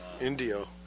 Indio